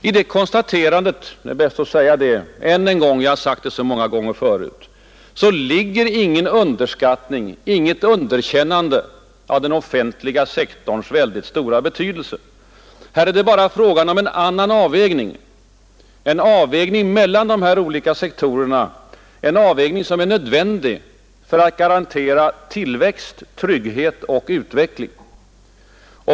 I det konstaterandet — det är bäst att säga det än en gång, jag har sagt det så många gånger förut — ligger ingen underskattning, intet underkännande av den offentliga sektorns stora betydelse. Här är det bara fråga om en annan avvägning, en avvägning mellan dessa olika sektorer, en avvägning som är nödvändig för att garantera tillväxt, trygghet och utveckling.